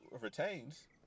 retains